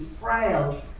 frail